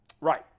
Right